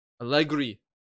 Allegri